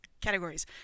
categories